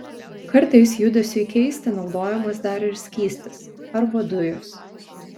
kartais judesiui keisti naudojamas dar ir skystis arba dujos